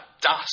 dust